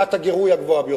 ודרגת הגירוי הגבוהה ביותר.